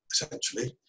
essentially